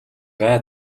гай